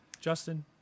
Justin